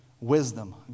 wisdom